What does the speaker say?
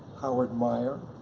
howard meyer,